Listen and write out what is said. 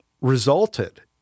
resulted